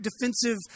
defensive